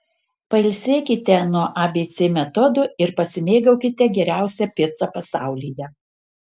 pailsėkite nuo abc metodo ir pasimėgaukite geriausia pica pasaulyje